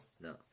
No